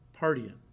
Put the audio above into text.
partying